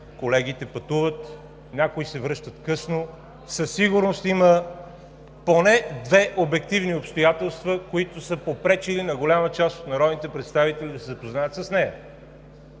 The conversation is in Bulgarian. колегите пътуват, някои се връщат късно. Със сигурност има поне две обективни обстоятелства, които са попречили на голяма част от народните представители да се запознаят с нея.